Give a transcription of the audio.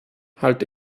halte